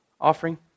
offering